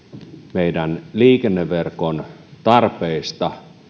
meidän liikenneverkon tarpeista